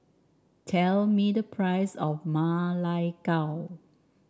tell me the price of Ma Lai Gao